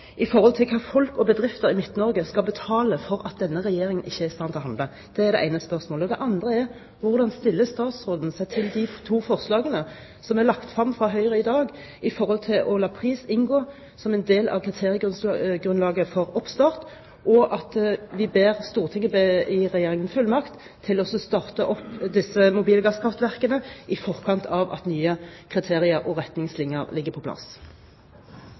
i Midt-Norge skal betale, fordi denne regjeringen ikke er i stand til å handle? Det er det ene spørsmålet. Det andre er: Hvordan stiller statsråden seg til de to forslagene som er lagt fram fra Høyre i dag, om å la pris inngå som en del av kriteriegrunnlaget for oppstart, og at vi ber Stortinget gi Regjeringen fullmakt til å starte opp disse mobile gasskraftverkene i forkant av at nye kriterier og retningslinjer er på plass?